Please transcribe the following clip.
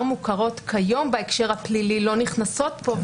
מוכרות כיום בהקשר הפלילי לא נכנסות פה,